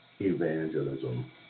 evangelism